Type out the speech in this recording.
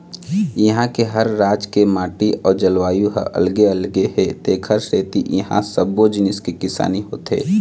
इहां के हर राज के माटी अउ जलवायु ह अलगे अलगे हे तेखरे सेती इहां सब्बो जिनिस के किसानी होथे